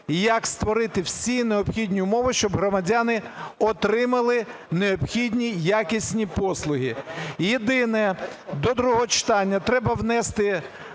як створити всі необхідні умови, щоб громадяни отримали необхідні якісні послуги. Єдине, до другого читання треба внести